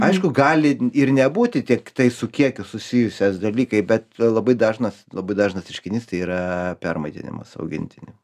aišku gali ir nebūti tiktai su kiekiu susijusias dalykai bet labai dažnas labai dažnas reiškinys tai yra permaitinimas augintinių